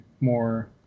more